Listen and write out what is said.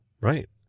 Right